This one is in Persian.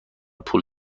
پول